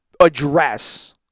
address